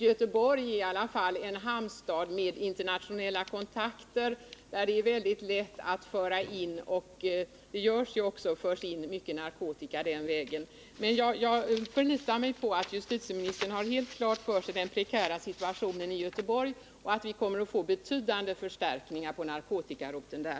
Göteborg är i alla fall en hamnstad med internationella kontakter, där det är lätt att föra in narkotika — och det förs ju också in mycket narkotika den vägen. Jag förlitar mig emellertid på att justitieministern har den prekära situationen i Göteborg helt klar för sig och att vi kommer att få betydande förstärkningar på narkotikaroteln där.